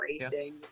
racing